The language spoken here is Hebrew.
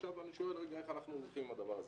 עכשיו אני שואל רגע איך אנחנו הולכים עם הדבר הזה.